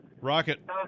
Rocket